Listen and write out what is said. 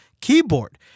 keyboard